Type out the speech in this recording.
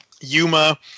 Yuma